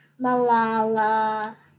Malala